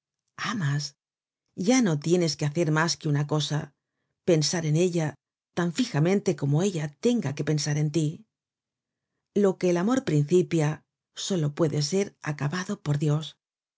amas ya no tienes que hacer mas que una cosa pensar en ella tan fijamente como ella tenga que pensar en tí lo que el amor principia solo puede ser acabado por dios